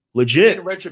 legit